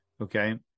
Okay